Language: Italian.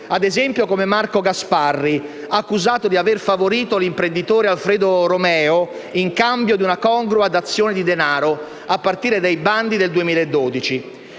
ad esempio come Marco Gasparri, accusato di aver favorito l'imprenditore Alfredo Romeo in cambio di una congrua dazione di denaro, a partire dai bandi del 2012.